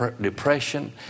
depression